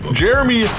jeremy